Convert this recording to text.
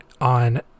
on